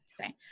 say